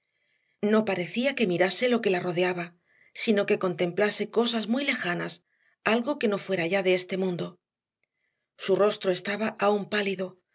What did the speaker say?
no parecía que mirase lo que la rodeaba sino que contemplase cosas muy lejanas algo que no fuera ya de este mundo su rostro estaba aún pálido